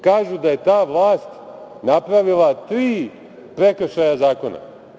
Kažu da je ta vlast napravila tri prekršaja zakona.